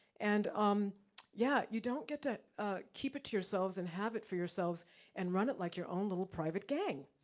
and um yeah, you don't get to keep it to yourselves, and have it for yourselves and run it like your own little private gang.